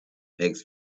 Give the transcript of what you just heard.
makes